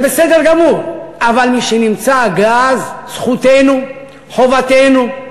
זה בסדר גמור, אבל משנמצא הגז זכותנו, חובתנו,